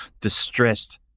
distressed